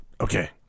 Okay